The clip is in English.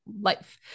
life